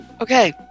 Okay